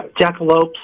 Jackalopes